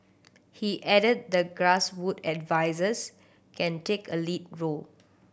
he added that grass wood advises can take a lead role